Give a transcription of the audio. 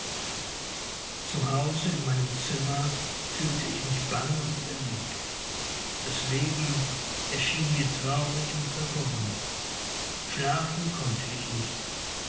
zu hause in meinem zimmer fühlte ich mich bange und erregt das leben erschien mir traurig und verworren schlafen konnte ich nicht